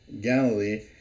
galilee